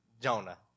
Jonah